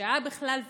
בפשיעה בכלל,